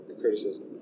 criticism